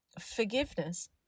forgiveness